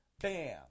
Bam